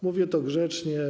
Mówię to grzecznie.